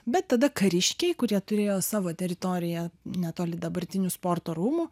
bet tada kariškiai kurie turėjo savo teritoriją netoli dabartinių sporto rūmų